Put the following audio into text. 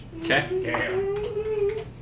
Okay